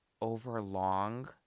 overlong